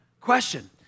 question